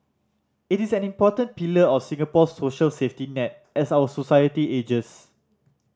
it is an important pillar of Singapore's social safety net as our society ages